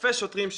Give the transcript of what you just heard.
אלפי שוטרים,